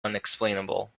unexplainable